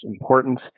importance